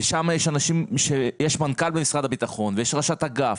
ויש מנכ"ל וראשת אגף,